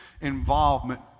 involvement